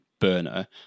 burner